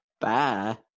Bye